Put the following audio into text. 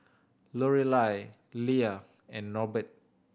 Lorelai Leah and Norbert